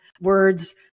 words